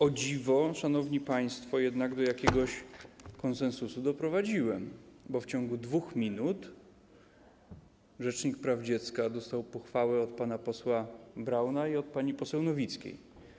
O dziwo, szanowni państwo, jednak do jakiegoś konsensusu doprowadziłem, bo w ciągu 2 minut rzecznik praw dziecka dostał pochwałę od pana posła Brauna i od pani poseł Nowickiej.